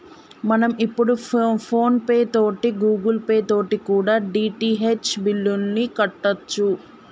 మనం ఇప్పుడు PhonePe తోటి గూగుల్ పే తోటి కూడా డి.టి.హెచ్ బిల్లుని కట్టొచ్చు